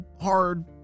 hard